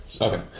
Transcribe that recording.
Okay